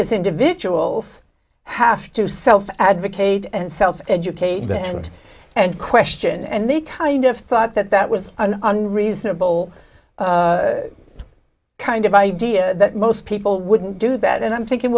as individuals have to self advocate and self educate them and question and they kind of thought that that was an unreasonable kind of idea that most people wouldn't do that and i'm thinking